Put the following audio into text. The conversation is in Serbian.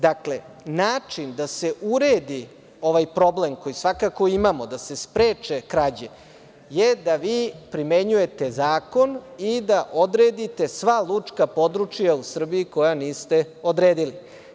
Dakle, način da se uredi ovaj problem koji svakako imamo, da se spreče krađe je da vi primenjujte zakon i da odredite sva lučka područja u Srbiji koja niste odredili.